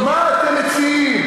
מה אתם מציעים?